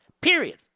Period